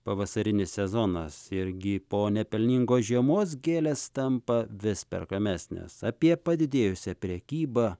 pavasarinis sezonas irgi po nepelningos žiemos gėlės tampa vis perkamesnės apie padidėjusią prekybą